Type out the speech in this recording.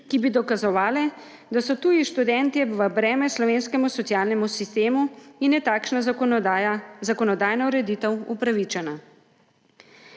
ki bi dokazovala, da so tuji študentje v breme slovenskemu socialnemu sistemu in je takšna zakonodajna ureditev upravičena.